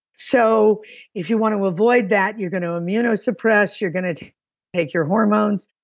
so if you want to avoid that, you're going to immunosuppress. you're going to to take your hormones.